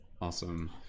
awesome